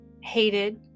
hated